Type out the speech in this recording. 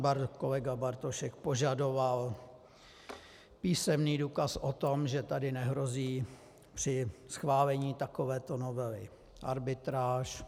Pan kolega Bartošek požadoval písemný důkaz o tom, že tady nehrozí při schválení takovéto novely arbitráž.